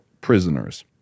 prisoners